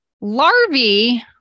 larvae